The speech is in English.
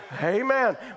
Amen